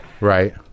right